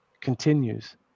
continues